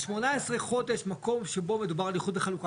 18 חודשים, מקום שבו מדובר על איחוד וחלוקה.